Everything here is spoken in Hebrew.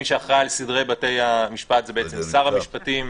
מי שאחראי על סדרי בתי המשפט זה שר המשפטים,